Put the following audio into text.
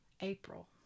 April